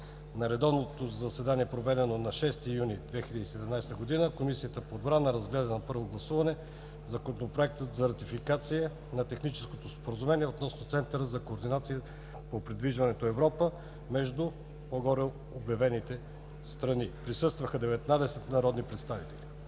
На редовно заседание, проведено на 6 юли 2017 г., Комисията по отбрана разгледа за първо гласуване Законопроект за ратифициране на Техническото споразумение относно Центъра за координация на придвижването „Европа“ между по-горе обявените страни. Присъстваха 19 народни представители.